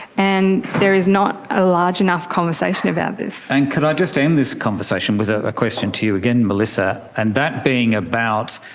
and there is not ah large enough conversation about this. and could i just end this conversation with a question to you melissa, and that being about,